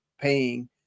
paying